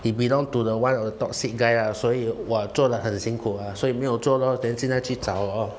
he belonged to the one of the toxic guy lah 所以我做得很辛苦啊所以没有做咯 then 现在去找咯